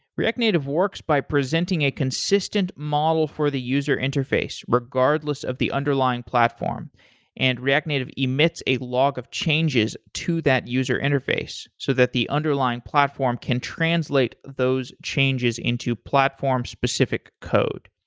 react native works by presenting a consistent model for the user interface regardless of the underlying platform and react native emits a log of changes to that user interface so that the underlying platform can translate those changes into platform-specific code.